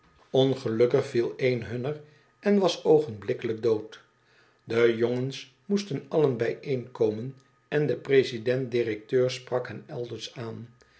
handel drupt hunner en was oogenblikkelijk dood de jongens moesten allen bijeenkomen en de president directeur sprak hen aldus aan